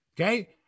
Okay